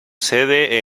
sede